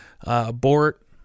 abort